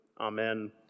Amen